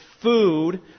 food